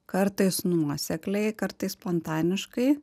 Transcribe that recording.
kartais nuosekliai kartais spontaniškai